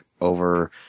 over